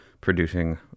producing